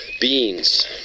beans